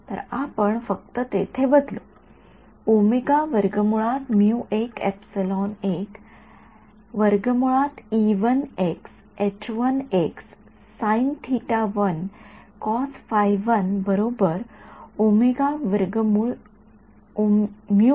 तर आपण फक्त येथे बदलू